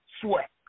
sweat